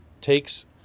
takes